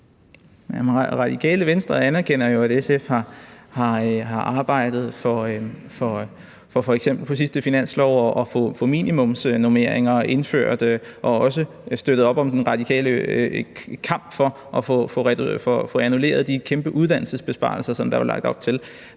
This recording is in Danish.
Radikale Venstre anerkender jo, at SF har arbejdet for, f.eks. på sidste finanslov, at få minimumsnormeringer indført og har også støttet op om den radikale kamp for at få annulleret de kæmpe uddannelsesbesparelser, som der var lagt op til.